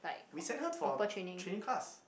we sent her for training class